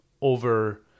over